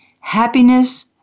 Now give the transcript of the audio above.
happiness